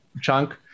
chunk